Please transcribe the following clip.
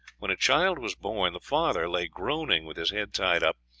when a child was born the father lay groaning, with his head tied up,